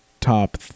top